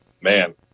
man